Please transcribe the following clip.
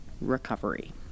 recovery